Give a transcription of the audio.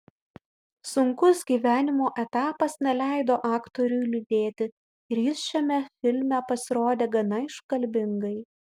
sunkus gyvenimo etapas neleido aktoriui liūdėti ir jis šiame filme pasirodė gana iškalbingai